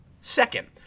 Second